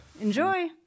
Enjoy